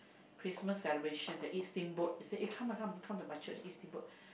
Christmas celebration to eat steamboat she say eh come lah come come to my church eat steamboat